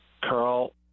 Carl